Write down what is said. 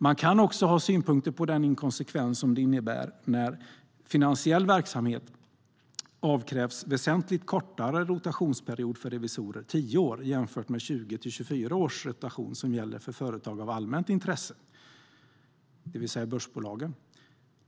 Man kan också ha synpunkter på den inkonsekvens som det innebär när finansiell verksamhet avkrävs en väsentligt kortare rotationsperiod för revisorer - 10 år jämfört med 20-24 års rotation, vilket gäller för företag av allmänt intresse. Det är alltså börsbolagen.